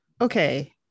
Okay